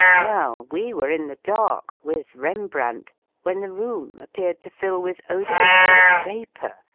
well, we were in the dark with rembrandt when the room appeared to fill with odoriferous vapour,